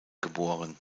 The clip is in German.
geboren